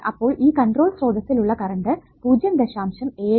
അപ്പോൾ ഈ കൺട്രോൾ സ്രോതസ്സിൽ ഉള്ള കറണ്ട് 0